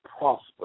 prosper